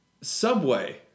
Subway